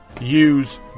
use